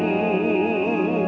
or